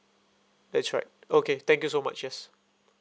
that's right okay thank you so much yes